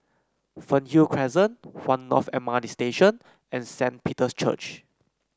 Fernhill Crescent One North M R T Station and Saint Peter's Church